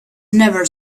never